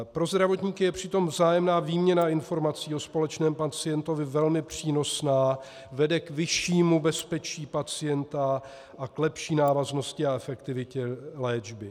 Pro zdravotníky je přitom vzájemná výměna informací o společném pacientovi velmi přínosná, vede k vyššímu bezpečí pacienta a k lepší návaznosti a efektivitě léčby.